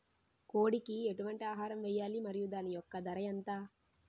కోడి కి ఎటువంటి ఆహారం వేయాలి? మరియు దాని యెక్క ధర ఎంత?